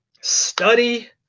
study